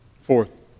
Fourth